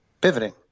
pivoting